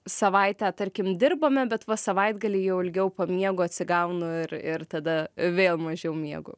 savaitę tarkim dirbame bet va savaitgalį jau ilgiau pamiegu atsigaunu ir ir tada vėl mažiau miegu